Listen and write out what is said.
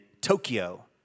Tokyo